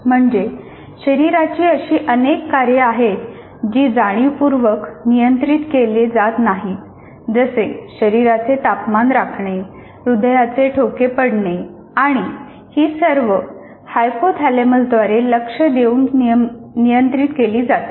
म्हणजे शरीराची अशी अनेक कार्ये आहेत जी जाणीवपूर्वक नियंत्रित केले जात नाहीत जसे शरीराचे तपमान राखणे हृदयाचे ठोके पडणे आणि ही सर्व हायपोथालेमसद्वारे लक्ष देऊन नियंत्रित केली जातात